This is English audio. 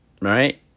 right